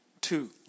Two